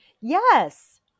Yes